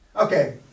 Okay